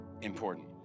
important